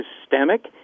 systemic